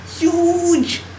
Huge